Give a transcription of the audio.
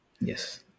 Yes